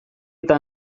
eta